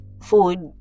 food